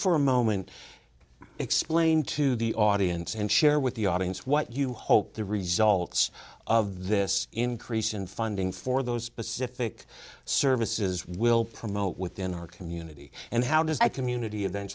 for a moment explain to the audience and share with the audience what you hope the results of this increase in funding for those specific services will promote within our community and how does a community